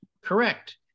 Correct